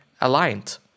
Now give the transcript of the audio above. aligned